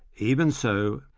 even so,